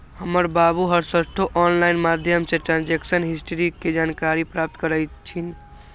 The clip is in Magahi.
हमर बाबू हरसठ्ठो ऑनलाइन माध्यमें से ट्रांजैक्शन हिस्ट्री के जानकारी प्राप्त करइ छिन्ह